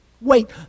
Wait